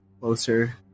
closer